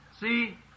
See